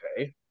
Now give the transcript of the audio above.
okay